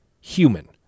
Human